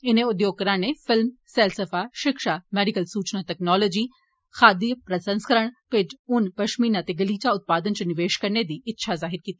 इनें उद्योग घराने फिल्म सैलसफा शिक्षा मैडिकल सूचना तक्नालोजी खाद्य प्रसंस्करण भिडड् ऊन पशमीना ते गलीचा उत्पादन च निवेश करने दी इच्छा जाहिर कीती ऐ